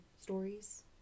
stories